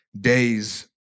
Days